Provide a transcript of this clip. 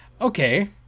Okay